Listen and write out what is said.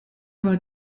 aber